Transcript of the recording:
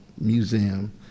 Museum